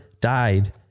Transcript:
died